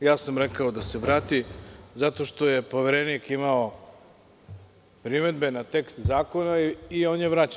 Ja sam rekao sam da se vrati zato što je poverenik imao primedbe na tekst zakona i on je vraćen.